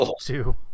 two